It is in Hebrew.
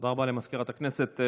תודה רבה לסגנית מזכיר הכנסת.